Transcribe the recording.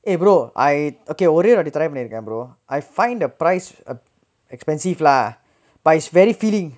!hey! brother I okay ஒரே ஒரு வாட்டி:orae oru vaati try பண்ணிருக்க:pannirukka brother I find the price ah expensive lah but it's very feeling